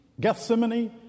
Gethsemane